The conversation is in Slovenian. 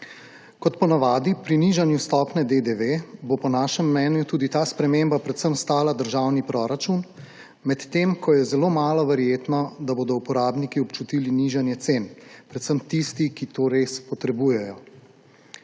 Kot po navadi pri nižanju stopnje DDV bo po našem mnenju tudi ta sprememba predvsem stala državni proračun, medtem ko je zelo malo verjetno, da bodo uporabniki občutili nižanje cen, predvsem tisti, ki to res potrebujejo.